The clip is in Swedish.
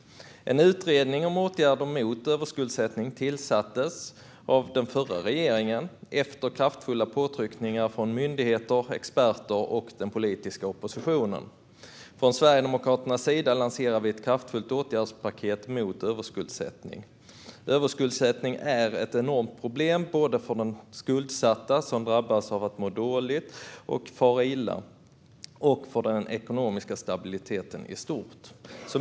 En utredning om åtgärder mot överskuldsättning tillsattes av den förra regeringen efter kraftfulla påtryckningar från myndigheter, experter och den politiska oppositionen. Från Sverigedemokraternas sida lanserar vi ett kraftfullt åtgärdspaket mot överskuldsättning. Överskuldsättning är ett enormt problem både för den skuldsatta, som drabbas av att må dåligt och fara illa, och för den ekonomiska stabiliteten i stort.